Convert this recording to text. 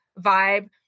vibe